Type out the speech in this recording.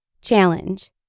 Challenge